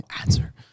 answer